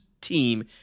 team